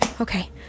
okay